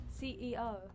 CEO